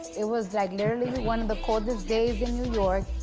it was like literally one of the coldest days in new york.